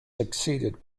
succeeded